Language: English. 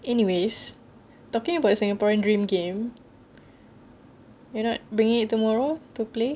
anyways talking about the singaporean dream game you're not bringing it tomorrow to play